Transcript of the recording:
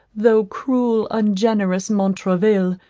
though cruel, ungenerous montraville,